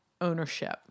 ownership